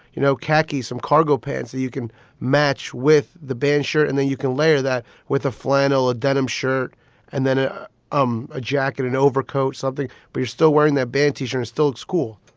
you know, khakis, some cargo pants so you can match with the band shirt and then you can layer that with a flannel, a denim shirt and then ah um a jacket and overcoat, something. but you're still wearing that band. t-shirt is still at school.